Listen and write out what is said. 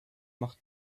mach